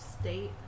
state